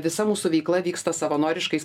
visa mūsų veikla vyksta savanoriškais